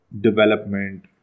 development